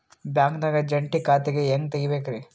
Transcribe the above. ಬ್ಯಾಂಕ್ದಾಗ ಜಂಟಿ ಖಾತೆ ಹೆಂಗ್ ತಗಿಬೇಕ್ರಿ?